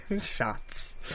Shots